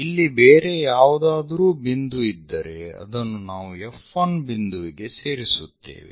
ಇಲ್ಲಿ ಬೇರೆ ಯಾವುದಾದರೂ ಬಿಂದು ಇದ್ದರೆ ಅದನ್ನು ನಾವು F1 ಬಿಂದುವಿಗೆ ಸೇರಿಸುತ್ತೇವೆ